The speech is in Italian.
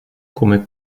come